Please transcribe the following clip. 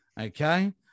Okay